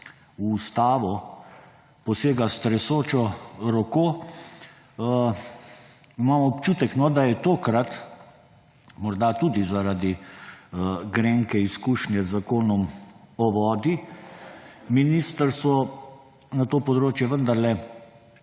v ustavo posega s tresočo roko, imam občutek, da je tokrat, morda tudi zaradi grenke izkušnje z Zakonom o vodi, ministrstvo na to področje vendarle